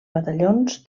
batallons